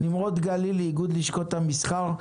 נמרוד הגלילי, מאיגוד לשכות המסחר.